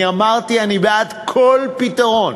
אני אמרתי שאני בעד כל פתרון